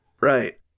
Right